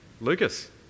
Lucas